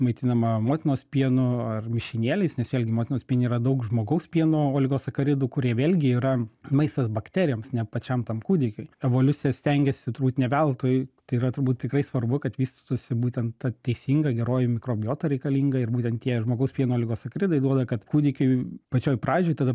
maitinama motinos pienu ar mišinėliais nes vėlgi motinos piene yra daug žmogaus pieno oligosacharidų kurie vėlgi yra maistas bakterijoms ne pačiam tam kūdikiui evoliucija stengiasi turbūt ne veltui tai yra turbūt tikrai svarbu kad vystytųsi būtent ta teisinga geroji mikrobiota reikalinga ir būtent tie žmogaus pieno oligosacharidai duoda kad kūdikiui pačioj pradžioj tada